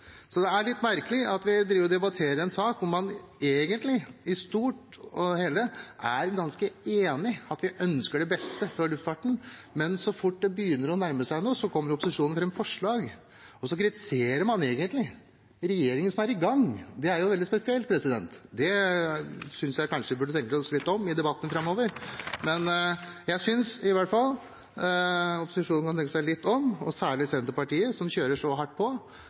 Så det er litt merkelig at vi driver og debatterer en sak hvor man i det store og hele er ganske enige, at vi ønsker det beste for luftfarten, men så fort det begynner å nærme seg noe, kommer opposisjonen med forslag, og så kritiserer man regjeringen, som er i gang. Det er veldig spesielt, og der synes jeg kanskje vi burde tenke oss litt om i debatten framover. Jeg synes i hvert fall at opposisjonen bør tenke seg litt om, og særlig Senterpartiet, som kjører så hardt på.